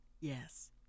Yes